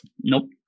Nope